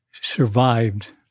survived